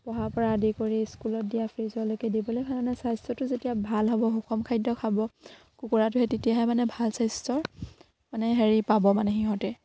পঢ়াৰ পৰা আদি কৰি স্কুলত দিয়া ফ্ৰীজলৈকে দিবলে হ'লে মানে স্বাস্থ্যটো যেতিয়া ভাল হ'ব সুষম খাদ্য খাব কুকুৰাটোৱে তেতিয়াহে মানে ভাল স্বাস্থ্য মানে হেৰি পাব মানে সিহঁতে